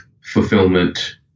fulfillment